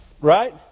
Right